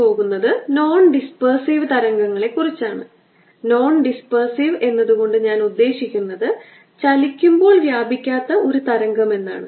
2 സിലിണ്ടറുകളുടെ അക്ഷം തമ്മിലുള്ള ദൂരം a ആണ് a 2 r ൽ കുറവാണ് അതിനാൽ ഒരു ഓവർലാപ്പ് ഉണ്ട്